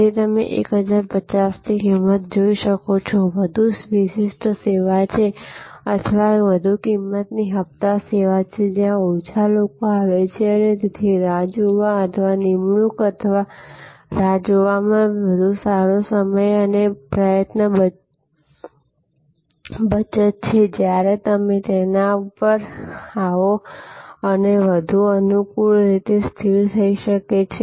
તેથી જેમ તમે 1050 ની કિંમતે જોઈ શકો છો આ વધુ વિશિષ્ટ સેવા છે અથવા વધુ કિંમતની હપ્તા સેવા છે જ્યાં ઓછા લોકો આવે છે અને તેથી રાહ જોવામાં અથવા નિમણૂક અથવા રાહ જોવામાં વધુ સારો સમય અને પ્રયત્ન બચત છે જ્યારે તમે તેમના પર આવો અને તે વધુ અનુકૂળ રીતે સ્થિત થઈ શકે છે